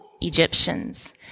Egyptians